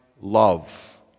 love